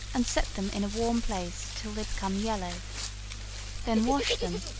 and set them in a warm place till they become yellow then wash them,